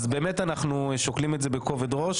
אז באמת אנחנו שוקלים את זה בכובד ראש